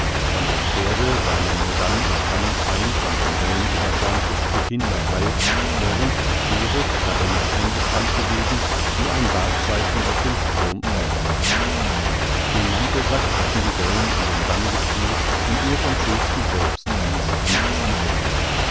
von dem pferde sah man nur dann und wann ein von den wellen überschäumtes stück hintertheil während die scheere darin es eingespannt gewesen wie ein wahrzeichen aus dem strom aufragte den mantelsack hatten die wellen an den damm gespült und nur von szulski selbst ließ sich nichts entdecken